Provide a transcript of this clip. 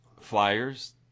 Flyers